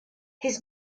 his